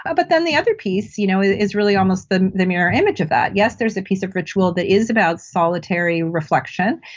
ah but then the other piece you know is really almost the the mirror image of that. yes, there's a piece of ritual that is about solitary reflection,